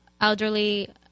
elderly